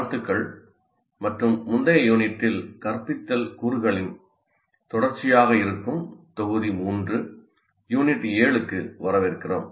வாழ்த்துக்கள் மற்றும் முந்தைய யூனிட்டில் கற்பித்தல் கூறுகளின் தொடர்ச்சியாக இருக்கும் தொகுதி 3 யூனிட் 7 க்கு வரவேற்கிறோம்